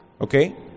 Okay